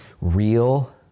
real